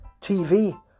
TV